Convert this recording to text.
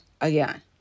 again